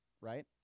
right